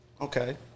Okay